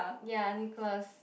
ya Nicholas